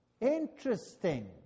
Interesting